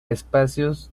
espacios